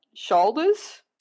Shoulders